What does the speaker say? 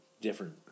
different